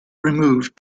removed